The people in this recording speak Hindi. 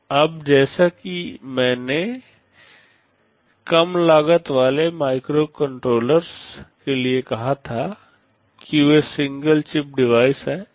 अब जैसा कि मैंने कम लागत वाले माइक्रोकंट्रोलर्स के लिए कहा था कि वे सिंगल चिप डिवाइस हैं